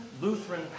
Lutheran